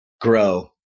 grow